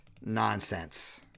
nonsense